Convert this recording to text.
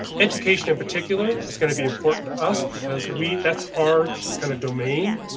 education in particular. it's going to be important to us because we that's our kind of domain.